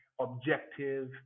objective